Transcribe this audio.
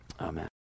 Amen